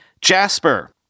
Jasper